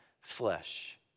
flesh